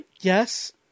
Yes